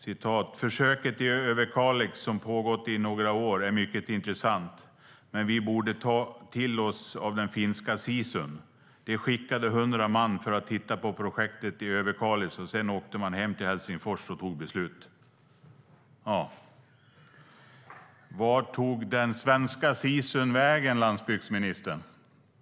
Citatet lyder: "Försöket i Överkalix, som pågått i några år, är mycket intressant. Men vi borde ta till oss av den finländska sisun. De skickade hundra man för att titta på projektet i Överkalix och åkte sedan hem till Helsingfors och tog beslut." Vart tog den svenska sisun vägen, landsbygdsministern?